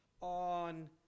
on